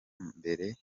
mbere